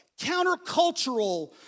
countercultural